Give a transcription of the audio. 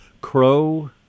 crow